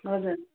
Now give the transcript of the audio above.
हजुर